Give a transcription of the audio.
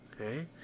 Okay